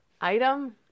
Item